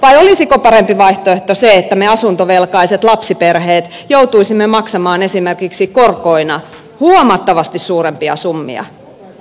vai olisiko parempi vaihtoehto se että me asuntovelkaiset lapsiperheet joutuisimme maksamaan esimerkiksi korkoina huomattavasti suurempia summia